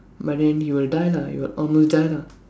but then he will die lah he will almost die lah